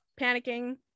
panicking